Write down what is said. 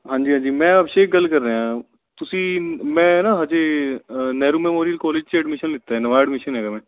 ਹਾਂਜੀ ਹਾਂਜੀ ਮੈਂ ਅਭਿਸ਼ੇਕ ਗੱਲ ਕਰ ਰਿਹਾ ਤੁਸੀਂ ਮੈਂ ਨਾ ਹਜੇ ਨਹਿਰੂ ਮੈਮੋਰੀਅਲ ਕਾਲਜ 'ਚ ਐਡਮਿਸ਼ਨ ਲਿੱਤਾ ਨਵਾਂ ਐਡਮਿਸ਼ਨ ਹੈਗਾ ਮੈਂ